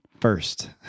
First